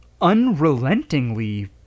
unrelentingly